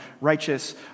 righteous